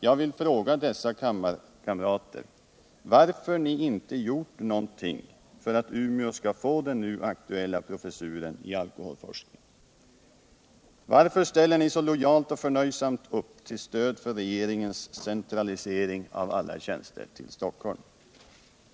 Jag vill fråga dessa kammarkamrater: Varför har ni inte gjort något för att medverka till att Umeå får den nu aktuella professuren i alkoholforskning? Varför ställer ni så lojalt och förnöjsamt upp till stöd för regeringens centralisering av alla tjänster till Stockholm? Herr talman!